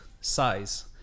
size